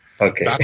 Okay